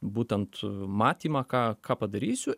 būtent matymą ką ką padarysiu